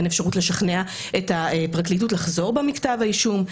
אין אפשרות לשכנע את הפרקליטות לחזור בה מכתב האישום.